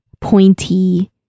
pointy